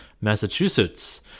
Massachusetts